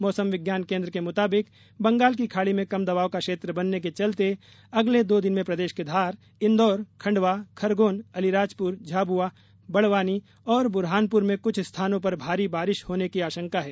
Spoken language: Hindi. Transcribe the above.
मौसम विज्ञान केंद्र के मुताबिक बंगाल की खाड़ी में कम दबाव का क्षेत्र बनने के चलते अगले दो दिन में प्रदेश के धार इंदौर खंडवा खरगोन अलीराजपुर झाबुआ बड़वानी और बुरहानपुर में कुछ स्थानों पर भारी बारिश होने की आशंका है